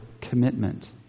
commitment